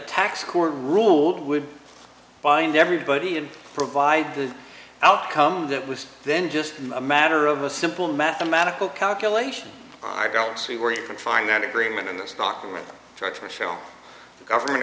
tax court ruled would bind everybody and provide the outcome that was then just a matter of a simple mathematical calculation i shall see where you can find that agreement in this document try to show the government